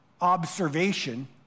observation